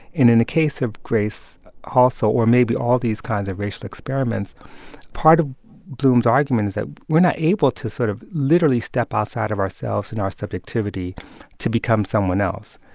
in in the case of grace halsell or maybe all these kinds of racial experiments part of bloom's argument is that we're not able to sort of literally step outside of ourselves and our subjectivity to become someone else.